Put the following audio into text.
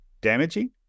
damaging